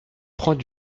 prends